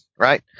Right